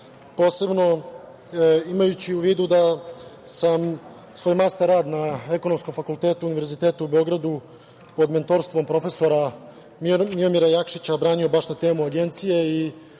posebno imajući u vidu da sam svoj master rad na Ekonomskom fakultetu Univerziteta u Beogradu, pod mentorstvom profesora Miomira Jakšića, odbranio baš na temu agencije i